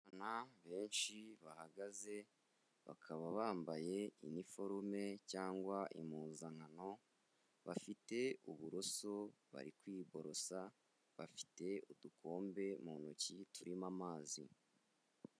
Abana benshi bahagaze, bakaba bambaye iniforume cyangwa impuzankano, bafite uburoso bari kwibosa, bafite udukombe mu ntoki turimo amazi.